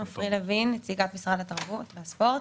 אני נציגת משרד התרבות והספורט.